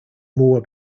more